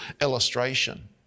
illustration